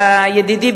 ידידי,